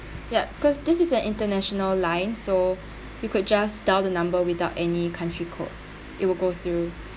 ya because this is an international line so you could just dial the number without any country code it will go through